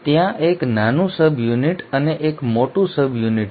ત્યાં એક નાનું સબયુનિટ અને એક મોટું સબયુનિટ છે